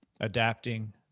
adapting